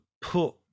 put